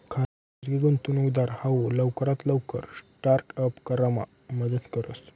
खाजगी गुंतवणूकदार हाऊ लवकरात लवकर स्टार्ट अप करामा मदत करस